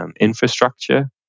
infrastructure